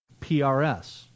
PRS